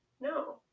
No